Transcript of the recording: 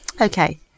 okay